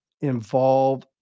involve